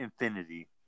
infinity